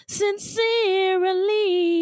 sincerely